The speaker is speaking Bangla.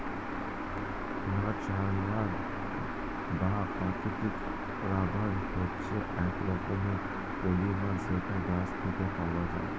ন্যাচারাল বা প্রাকৃতিক রাবার হচ্ছে এক রকমের পলিমার যেটা গাছ থেকে পাওয়া যায়